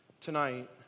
tonight